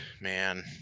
man